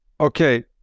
Okay